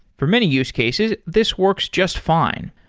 for many use cases, this works just fine,